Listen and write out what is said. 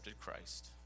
Christ